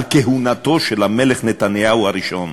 על כהונתו של המלך נתניהו הראשון.